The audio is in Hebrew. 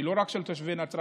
הוא לא רק של תושבי נצרת,